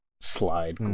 slide